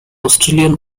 australian